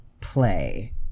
play